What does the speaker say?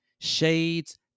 shades